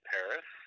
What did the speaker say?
Paris